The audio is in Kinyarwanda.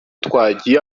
twagiye